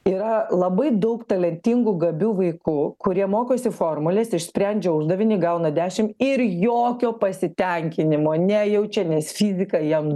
yra labai daug talentingų gabių vaikų kurie mokosi formules išsprendžia uždavinį gauna dešimt ir jokio pasitenkinimo nejaučia nes fizika jam